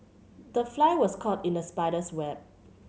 the fly was caught in the spider's web